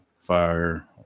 fire –